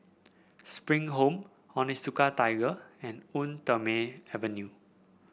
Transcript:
Spring Home Onitsuka Tiger and Eau Thermale Avene